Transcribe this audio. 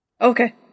Okay